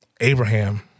Abraham